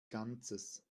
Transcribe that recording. ganzes